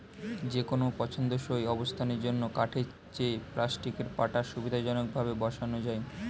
যেকোনো পছন্দসই অবস্থানের জন্য কাঠের চেয়ে প্লাস্টিকের পাটা সুবিধাজনকভাবে বসানো যায়